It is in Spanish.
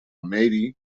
mary